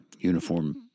Uniform